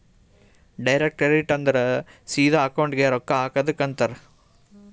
direct credit ಅಂದುರ್ ಸಿದಾ ಅಕೌಂಟ್ಗೆ ರೊಕ್ಕಾ ಹಾಕದುಕ್ ಅಂತಾರ್